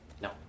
No